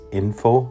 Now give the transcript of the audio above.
info